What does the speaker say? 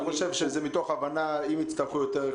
חושב שזה מתוך הבנה אם יצטרכו יותר?